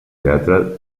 teatre